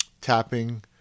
Tapping